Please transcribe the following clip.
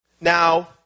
Now